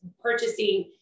purchasing